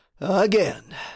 again